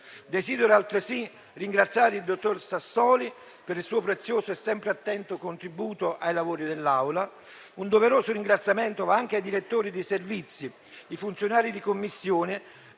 Desidero altresì ringraziare il dottor Sassoli per il suo prezioso e sempre attento contributo ai lavori dell'Assemblea. Un doveroso ringraziamento va anche ai direttori dei Servizi, ai funzionari di Commissione